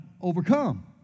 overcome